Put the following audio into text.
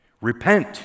Repent